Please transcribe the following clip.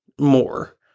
more